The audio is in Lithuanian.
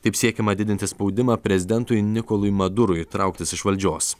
taip siekiama didinti spaudimą prezidentui nikolui madurui trauktis iš valdžios